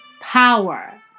power